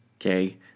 okay